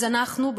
אז אנחנו,